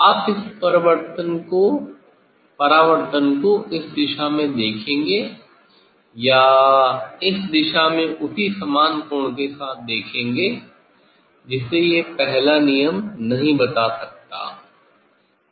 आप इस परावर्तन को इस दिशा में देखेंगे या इस दिशा में उसी समान कोण के साथ देखेंगे जिसे यह पहला नियम नहीं बता सकता है